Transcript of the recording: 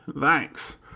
Thanks